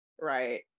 Right